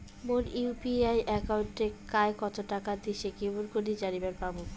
মোর UPI একাউন্টে কায় কতো টাকা দিসে কেমন করে জানিবার পামু?